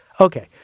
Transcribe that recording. Okay